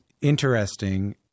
interesting